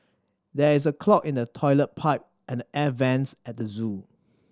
there is a clog in the toilet pipe and the air vents at the zoo